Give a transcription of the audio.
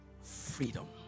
freedom